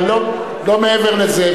אבל לא מעבר לזה,